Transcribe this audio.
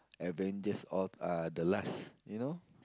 avengers all uh the last you know